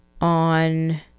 on